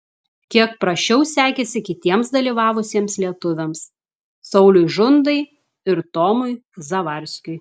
kiek prasčiau sekėsi kitiems dalyvavusiems lietuviams sauliui žundai ir tomui zavarskiui